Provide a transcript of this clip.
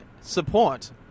support